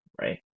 right